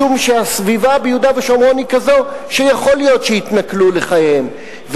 משום שהסביבה ביהודה ושומרון היא כזאת שיכול להיות שיתנכלו לחייהם.